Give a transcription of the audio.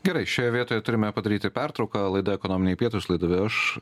gerai šioje vietoje turime padaryti pertrauką laida ekonominiai pietūs laidą ve aš